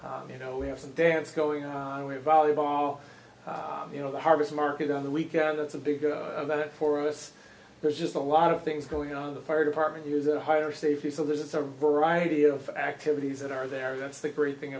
winner you know we have some dance going on volleyball you know the harvest market on the weekend that's a big event for us there's just a lot of things going on the fire department is a higher safety so there's it's a variety of activities that are there that's the great thing